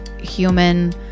human